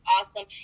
awesome